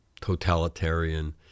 totalitarian